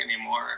anymore